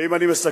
ואם אני מסכם,